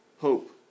hope